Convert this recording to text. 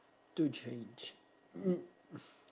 to change